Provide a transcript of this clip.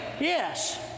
Yes